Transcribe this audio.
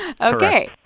Okay